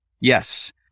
Yes